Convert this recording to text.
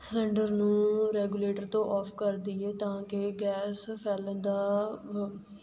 cylinder ਨੂੰ regulator ਤੋਂ off ਕਰ ਦਈਏ ਤਾਂ ਕਿ ਗੈਸ ਫੈਲਣ ਦਾ ਵ